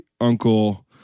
uncle